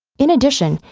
in addition,